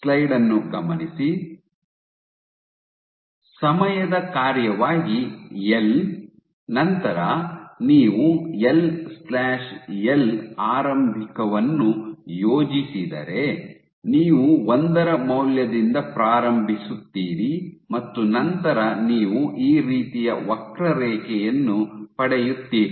ಸಮಯದ ಸಮಯದ ಕಾರ್ಯವಾಗಿ ಎಲ್ ನಂತರ ನೀವು ಎಲ್ ಎಲ್ LL ಆರಂಭಿಕವನ್ನು ಯೋಜಿಸಿದರೆ ನೀವು ಒಂದರ ಮೌಲ್ಯದಿಂದ ಪ್ರಾರಂಭಿಸುತ್ತೀರಿ ಮತ್ತು ನಂತರ ನೀವು ಈ ರೀತಿಯ ವಕ್ರರೇಖೆಯನ್ನು ಪಡೆಯುತ್ತೀರಿ